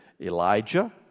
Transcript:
Elijah